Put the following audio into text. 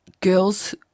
Girls